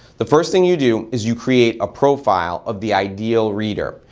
the first thing you do is you create a profile of the ideal reader.